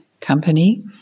company